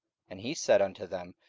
and he said unto them,